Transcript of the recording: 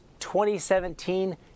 2017